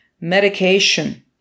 medication